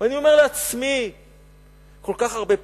אני אומר לעצמי, כל כך הרבה פשע,